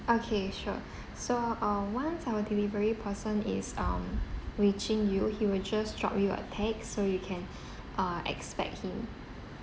okay sure so uh once our delivery person is um reaching you he will just drop you a text so you can uh expect him